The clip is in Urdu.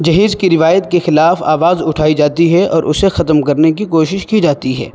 جہیز کی روایت کے خلاف آواز اٹھائی جاتی ہے اور اسے ختم کرنے کی کوشش کی جاتی ہے